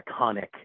iconic